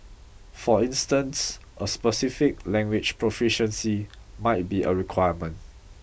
for instance a specific language proficiency might be a requirement